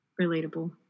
relatable